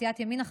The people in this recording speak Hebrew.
סיעת ימינה,